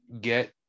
get